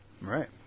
Right